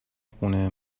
خونه